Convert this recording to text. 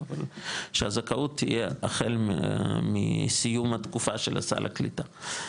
שהזכאות תהיה החל מסיום התקופה של סל הקליטה.